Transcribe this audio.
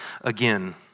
again